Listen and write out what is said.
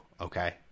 okay